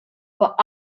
but